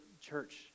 church